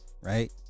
right